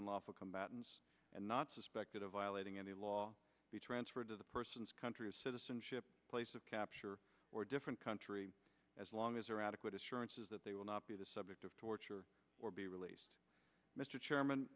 unlawful combatants and not suspected of violating any law be transferred to the person's country of citizenship place of capture or different country as long as are adequate assurances that they will not be the subject of torture or be released mr chairman